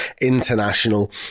international